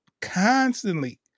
constantly